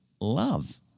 love